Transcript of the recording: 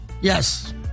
Yes